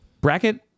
Bracket